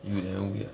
you then weird